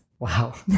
Wow